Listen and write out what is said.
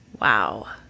Wow